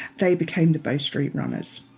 they became the bow street runners